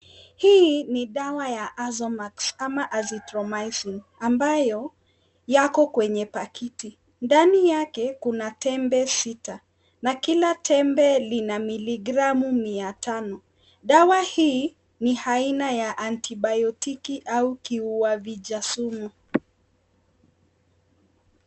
Hii ni dawa ya Azomax ama Azithromycin ambayo yako kwenye pakiti. Ndani yake kuna tembe sita na kila tembe lina miligramu mia tano. Dawa hii ni aina ya (cs)antibiotiki(cs) au kiua vijasumu.